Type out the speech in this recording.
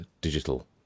digital